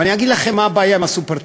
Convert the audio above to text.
אבל אני אגיד לכם מה הבעיה עם הסופר-טנקר,